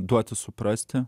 duoti suprasti